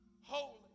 Holy